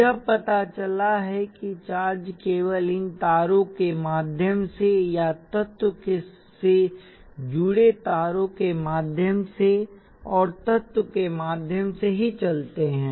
यह पता चला है कि चार्ज केवल इन तारों के माध्यम से या तत्व से जुड़े तारों के माध्यम से और तत्व के माध्यम से ही चलते हैं